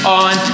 on